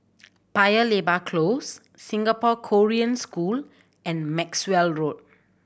Paya Lebar Close Singapore Korean School and Maxwell Road